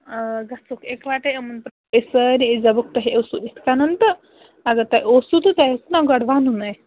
گژھٕ وَکھ اِکوَٹَے یِمَن پٹھ أس سٲری أسۍ دَپوَکھ تۄہہِ اوسو اِتھ کَنَن تہٕ اگر تۄہہِ اوسو تہٕ تۄہہِ اوسُو نا گۄڈٕ وَنُن اَسہِ